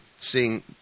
seeing